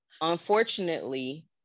unfortunately